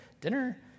dinner